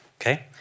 Okay